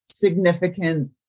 Significant